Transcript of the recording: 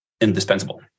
indispensable